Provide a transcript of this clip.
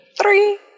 Three